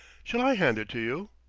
shall i hand it to you?